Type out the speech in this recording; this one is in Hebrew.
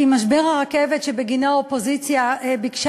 כי משבר הרכבת שבגינו האופוזיציה ביקשה